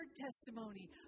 testimony